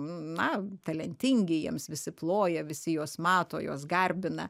na talentingi jiems visi ploja visi juos mato juos garbina